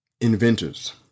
inventors